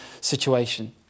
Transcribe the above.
situation